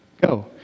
Go